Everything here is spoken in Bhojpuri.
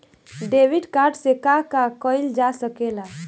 डेबिट कार्ड से का का कइल जा सके ला?